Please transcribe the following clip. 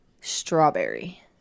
strawberry